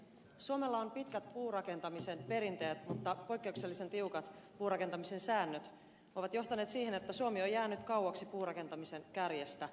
suomella on pitkät puurakentamisen perinteet mutta poikkeuksellisen tiukat puurakentamisen säännöt ovat johtaneet siihen että suomi on jäänyt kauaksi puurakentamisen kärjestä